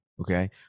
Okay